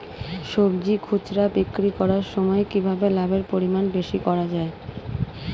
সবজি খুচরা বিক্রি করার সময় কিভাবে লাভের পরিমাণ বেশি করা যায়?